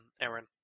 Aaron